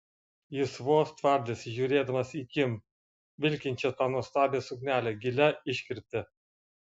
jis vos tvardėsi žiūrėdamas į kim vilkinčią tą nuostabią suknelę gilia iškirpte